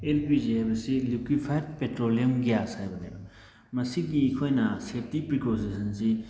L P G ꯍꯥꯏꯕꯁꯤ liquefied petroleum gas ꯍꯥꯏꯕꯅꯦꯕ ꯃꯁꯤꯒꯤ ꯑꯩꯈꯣꯏꯅ ꯁꯦꯞꯇꯤ ꯄ꯭ꯔꯤꯀꯣꯁꯦꯁꯟꯁꯤ